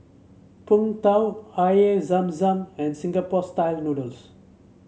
Png Tao Air Zam Zam and Singapore style noodles